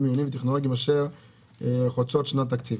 עיוניים וטכנולוגיים אשר הוצות שנת תקציב.